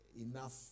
enough